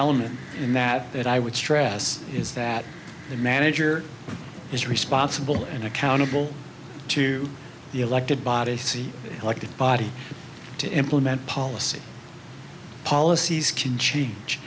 element in that but i would stress is that the manager is responsible and accountable to the elected body see elected body to implement policy policies can change